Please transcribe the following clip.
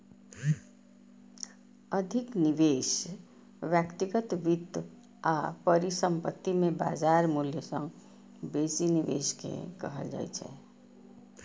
अधिक निवेश व्यक्तिगत वित्त आ परिसंपत्ति मे बाजार मूल्य सं बेसी निवेश कें कहल जाइ छै